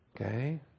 Okay